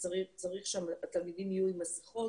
וצריך שהתלמידים יהיו עם מסיכות.